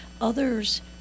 others